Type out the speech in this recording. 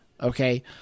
Okay